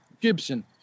Gibson